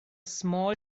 small